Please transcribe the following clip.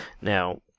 Now